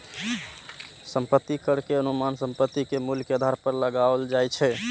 संपत्ति कर के अनुमान संपत्ति के मूल्य के आधार पर लगाओल जाइ छै